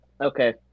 Okay